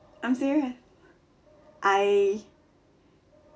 I'm serious I